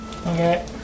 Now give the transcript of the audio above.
Okay